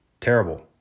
terrible